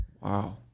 Wow